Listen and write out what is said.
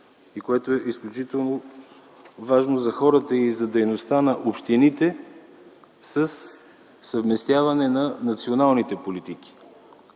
и което е изключително важно за хората и за дейността на общините със съвместяване на националните политики.